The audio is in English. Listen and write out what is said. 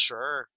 Sure